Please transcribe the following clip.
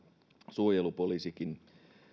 suojelupoliisikin